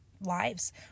lives